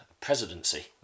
presidency